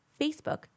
Facebook